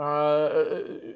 ah